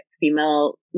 female